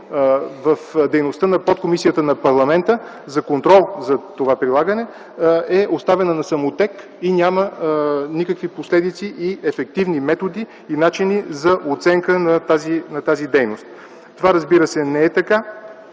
в дейността на подкомисията на парламента за контрол на това прилагане, е оставена на самотек и няма никакви последици и ефективни методи и начини за оценка на тази дейност. Това, разбира се, не е така